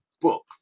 book